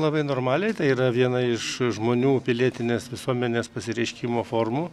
labai normaliai tai yra viena iš žmonių pilietinės visuomenės pasireiškimo formų